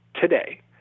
today